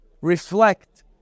reflect